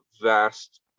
vast